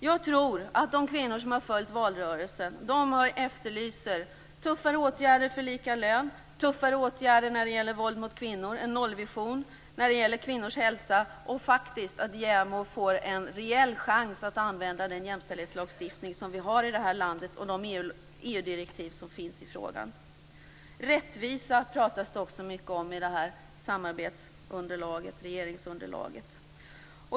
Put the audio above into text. Jag tror att de kvinnor som har följt valrörelsen efterlyser tuffare åtgärder för lika lön, för tuffare åtgärder när det gäller våld mot kvinnor, för en nollvision när det gäller kvinnors hälsa och, faktist, för att JämO får en rejäl chans att använda den jämställdhetslagstiftning som finns i det här landet och de EU direktiv som finns i frågan. Rättvisa talas det också mycket om i samarbetsunderlaget, regeringsunderlaget.